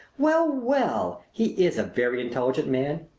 well, well! he is a very intelligent man.